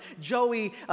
Joey